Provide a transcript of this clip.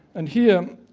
and here,